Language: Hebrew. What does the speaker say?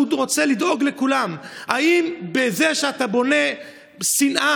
רוצה לדאוג לכולם: האם בזה שאתה בונה שנאה,